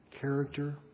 character